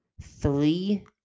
three